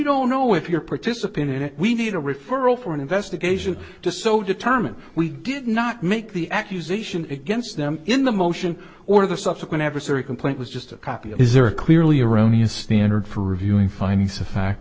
don't know if you're participating in it we need a referral for an investigation just so determined we did not make the accusation against them in the motion or the subsequent adversary complaint was just a copy of his are clearly erroneous standard for reviewing findings of fact